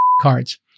cards